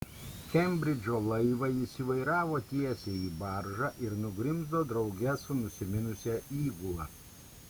kembridžo laivą jis įvairavo tiesiai į baržą ir nugrimzdo drauge su nusiminusia įgula